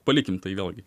palikim tai vėlgi